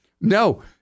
No